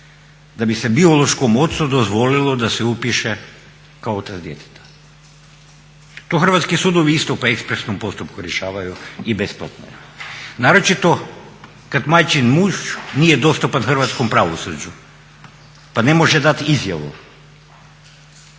da bi se biološkom ocu dozvolilo da se upiše kao otac djeteta. To hrvatski sudovi isto po ekspresnom postupku rješavaju i besplatno je naročito kad majčin muž nije dostupan hrvatskom pravosuđu pa ne može dati izjavu,